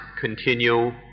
continue